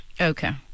Okay